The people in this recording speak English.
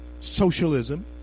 Socialism